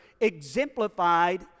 exemplified